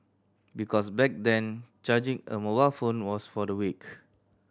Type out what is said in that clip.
because back then charging a mobile phone was for the weak